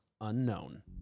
unknown